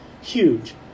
huge